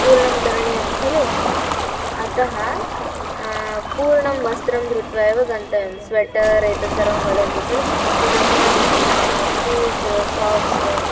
पूर्णं करणीयं खलु अतः पूर्णं वस्त्रं धृत्वा एव गन्तव्यं स्वेटर् एतत् सर्वं वदन्ति खलु पुनः शूस् साक्स्